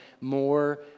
more